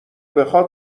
بخاد